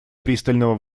пристального